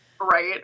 Right